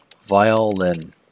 violin